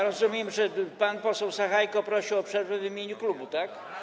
Rozumiem, że pan poseł Sachajko prosi o przerwę w imieniu klubu, tak?